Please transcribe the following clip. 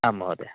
आम् महोदय